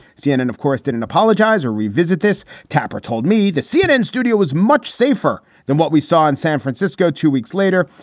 cnn, of course, didn't apologize or revisit this. tapper told me the cnn studio was much safer than what we saw in san francisco. two weeks later,